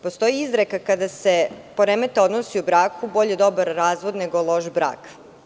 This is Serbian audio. Postoji izreka kada se poremete odnosi u braku – bolje dobar razvod nego loš brak.